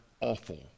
awful